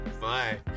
Bye